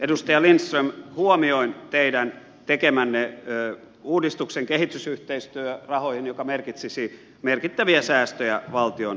edustaja lindström huomioin teidän tekemänne uudistuksen kehitysyhteistyörahoihin joka merkitsisi merkittäviä säästöjä valtion menoissa